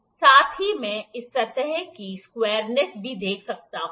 साथ ही मैं इस सतह की स्क्वायरनेस भी देख सकता हूँ